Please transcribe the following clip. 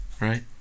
right